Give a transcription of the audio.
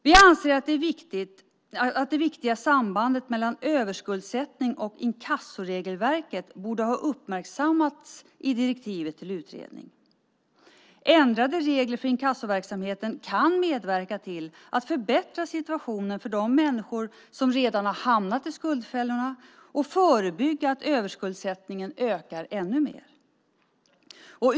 Vi anser att det viktiga sambandet mellan överskuldsättning och inkassoregelverket borde ha uppmärksammats i direktiven till utredningen. Ändrade regler för inkassoverksamhet kan medverka till att förbättra situationen för de människor som redan har hamnat i skuldfällor och förebygga att överskuldsättningen ökar.